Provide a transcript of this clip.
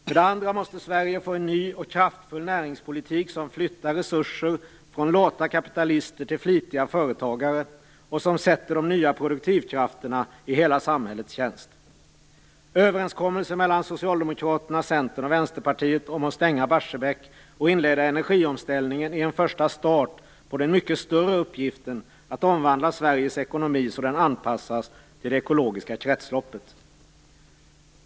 För det andra måste Sverige få en ny och kraftfull näringspolitik som flyttar resurser från lata kapitalister till flitiga företagare och som sätter de nya produktiva krafterna i hela samhällets tjänst. Centern och Vänsterpartiet om att stänga Barsebäck och inleda energiomställningen är en första start på den mycket större uppgiften att omvandla Sveriges ekonomi så att den anpassas till det ekologiska kretsloppet.